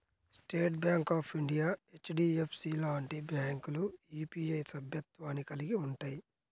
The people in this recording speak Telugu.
state Bank of India, HDFC లాంటి బ్యాంకులు యూపీఐ సభ్యత్వాన్ని కలిగి ఉంటయ్యి